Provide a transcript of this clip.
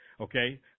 Okay